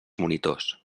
monitors